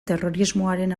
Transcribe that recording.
terrorismoaren